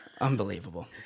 unbelievable